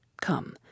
Come